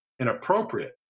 inappropriate